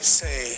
say